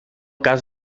cas